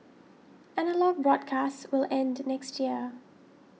analogue broadcasts will end next year